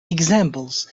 examples